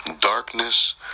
darkness